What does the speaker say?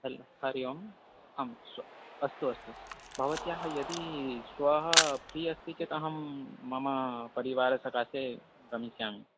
हल् हरिः ओम् आम् स्व अस्तु अस्तु भवत्याः यदि श्वः फ्री़ अस्ति चेत् अहं मम परिवारसकाशम् आगमिष्यामि